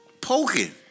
poking